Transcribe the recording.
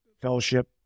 fellowship